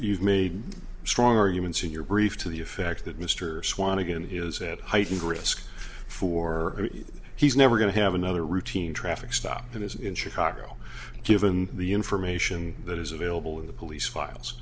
you've made strong arguments in your brief to the effect that mr swan again is at heightened risk for he's never going to have another routine traffic stop it is in chicago given the information that is available in the police files